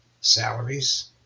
salaries